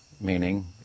meaning